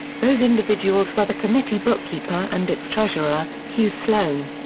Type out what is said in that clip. those individuals were the committee bookkeeper and its treasurer, hugh sloan.